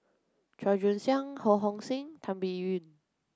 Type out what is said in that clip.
Chua Joon Siang Ho Hong Sing Tan Biyun